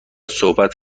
صحبت